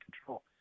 control